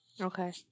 Okay